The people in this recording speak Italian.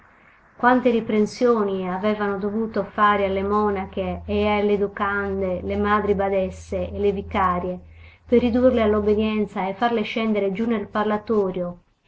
d'acqua quante riprensioni avevano dovuto fare alle monache e alle educande le madri badesse e le vicarie per ridurle all'obbedienza e farle scendere giù nel parlatorio